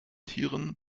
tieren